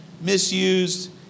misused